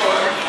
אני רוצה לשאול,